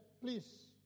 Please